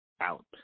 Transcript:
out